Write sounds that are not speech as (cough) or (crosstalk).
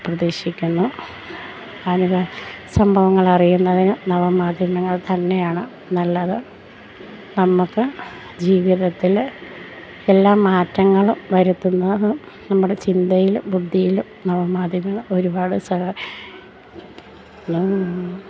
പ്രതീക്ഷിക്കുന്നു ആനുകാ സംഭവങ്ങൾ അറിയുന്നതിന് നവമാധ്യമങ്ങൾ തന്നെയാണ് നല്ലത് നമുക്ക് ജീവിതത്തിൽ എല്ലാ മാറ്റങ്ങളും വരുത്തുന്നതും നമ്മുടെ ചിന്തയിലും ബുദ്ധിയിലും നവമാധ്യമങ്ങൾ ഒരുപാട് സഹാ (unintelligible)